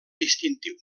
distintiu